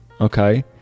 okay